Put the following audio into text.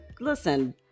listen